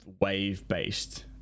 wave-based